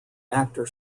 actor